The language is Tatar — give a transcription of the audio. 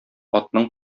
атның